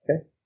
Okay